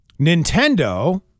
Nintendo